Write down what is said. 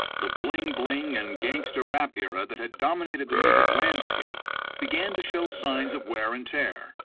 the bling-bling and gangster rap era that had dominated the music landscape began to show signs of wear and tear.